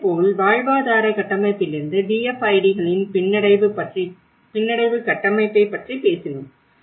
இதேபோல் வாழ்வாதார கட்டமைப்பிலிருந்து DFIDகளின் பின்னடைவு கட்டமைப்பைப் பற்றி பேசினோம்